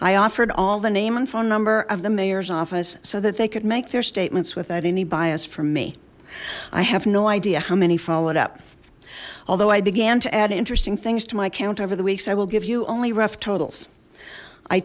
i offered all the name and phone number of the mayor's office so that they could make their statements without any bias from me i have no idea how many followed up although i began to add interesting things to my account over the weeks i will give you only rough totals i